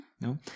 No